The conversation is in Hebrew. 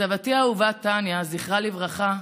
סבתי האהובה טניה, זכרה לברכה,